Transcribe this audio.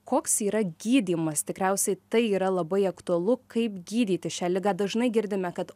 koks yra gydymas tikriausiai tai yra labai aktualu kaip gydyti šią ligą dažnai girdime kad